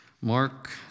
Mark